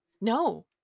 No